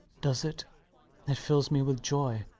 does it? it fills me with joy.